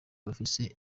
bafise